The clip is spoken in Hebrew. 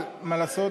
מה לעשות.